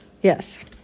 Yes